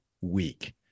week